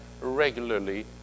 regularly